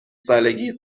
سالگیت